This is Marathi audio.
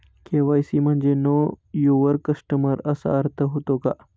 के.वाय.सी म्हणजे नो यूवर कस्टमर असा अर्थ होतो का?